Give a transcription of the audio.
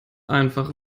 einfach